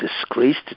disgraced